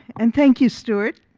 and thank you stuart.